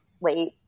late